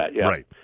Right